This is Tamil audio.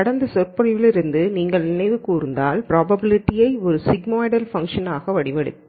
கடைசி சொற்பொழிவிலிருந்து நீங்கள் நினைவு கூர்ந்தால் ப்ராபபிலிட்டியை ஒரு சிக்மாய்டல் ஃபங்ஷனாக வடிவமைத்தோம்